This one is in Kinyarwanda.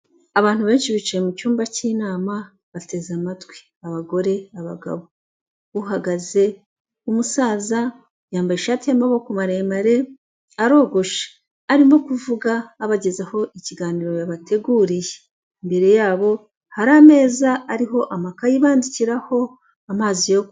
Abantu benshi bicaye mu cyumba k'inama bateze amatwi abagore, abagabo. Uhagaze umusaza yambaye ishati yamaboko maremare arogoshe, arimo kuvuga abagezaho ikiganiro babateguriye, imbere yabo hari ameza ariho amakayi bandikiraho amazi yokunywa.